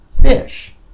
fish